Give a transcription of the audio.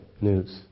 news